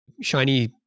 shiny